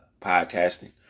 podcasting